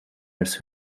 als